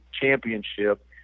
championship